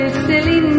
silly